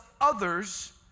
others